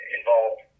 involved